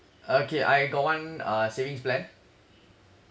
okay I got one uh savings plan